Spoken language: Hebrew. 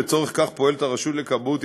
ולצורך זה פועלת הרשות לכבאות,